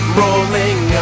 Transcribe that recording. rolling